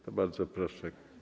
To bardzo proszę.